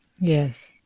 Yes